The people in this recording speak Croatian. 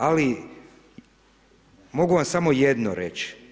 Ali mogu vam samo jedno reći.